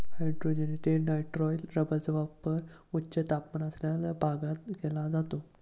hydrogenated nitrile रबरचा वापर उच्च तापमान असलेल्या भागात केला जातो